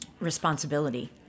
responsibility